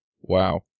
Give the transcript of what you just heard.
Wow